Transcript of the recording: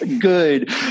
good